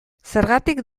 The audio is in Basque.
zergatik